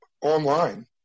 online